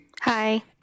Hi